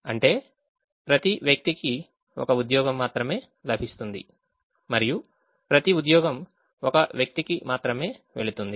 అంటే ప్రతి వ్యక్తికి ఒక ఉద్యోగం మాత్రమే లభిస్తుంది మరియు ప్రతి ఉద్యోగం ఒక వ్యక్తికి మాత్రమే వెళుతుంది